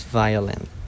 violent